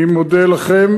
אני מודה לכם.